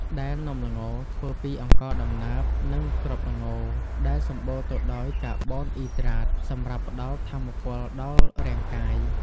ដែលនំល្ងធ្វើពី អង្ករដំណើប និង គ្រាប់ល្ង ដែលសម្បូរទៅដោយ កាបូនអ៊ីដ្រាត សម្រាប់ផ្ដល់ថាមពលដល់រាងកាយ។